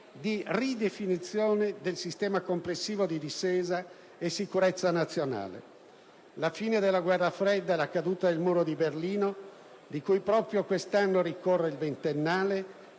di ridefinizione del sistema complessivo di difesa e sicurezza nazionale. La fine della Guerra fredda e la caduta del Muro di Berlino, di cui proprio quest'anno ricorre il ventennale,